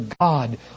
God